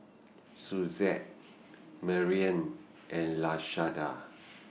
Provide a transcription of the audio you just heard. Suzette Marian and Lashanda